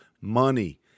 money